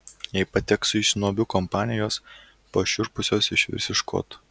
jei pateksiu į snobių kompaniją jos pašiurpusios išvirs iš koto